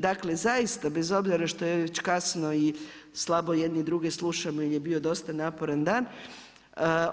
Dakle, zaista, bez obzira što je već kasno i slabo jedni druge slušamo jer je bio dosta naporan dan,